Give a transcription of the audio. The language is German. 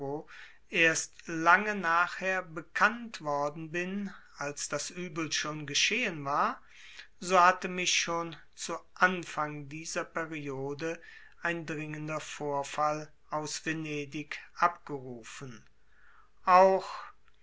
erst lange nachher bekannt worden bin als das übel schon geschehen war so hatte mich schon zu anfang dieser periode ein dringender vorfall aus venedig abgerufen auch